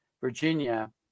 Virginia